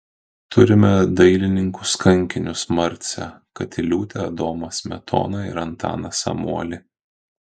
turime dailininkus kankinius marcę katiliūtę adomą smetoną ir antaną samuolį